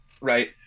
right